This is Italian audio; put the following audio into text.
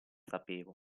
sapevo